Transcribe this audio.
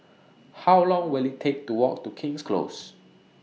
How Long Will IT Take to Walk to King's Close